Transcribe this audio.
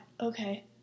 Okay